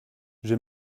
j’ai